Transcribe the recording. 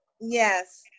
Yes